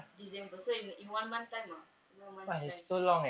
december so in in one month time in one month's time